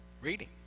reading